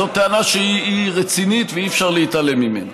זאת טענה רצינית ואי-אפשר להתעלם ממנה.